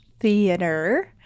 theater